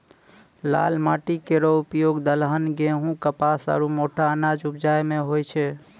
लाल माटी केरो उपयोग दलहन, गेंहू, कपास आरु मोटा अनाज उपजाय म होय छै